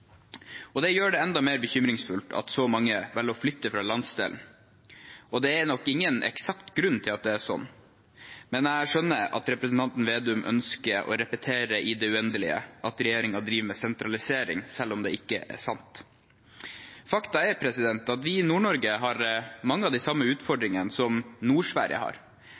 nord. Det gjør det enda mer bekymringsfullt at så mange velger å flytte fra landsdelen. Det er nok ingen eksakt grunn til at det er sånn, men jeg skjønner at representanten Slagsvold Vedum ønsker å repetere i det uendelige at regjeringen driver med sentralisering, selv om det ikke er sant. Faktum er at vi i Nord-Norge har mange av de samme utfordringene som Nord-Sverige har.